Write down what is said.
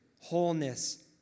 wholeness